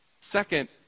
Second